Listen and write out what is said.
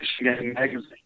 Magazine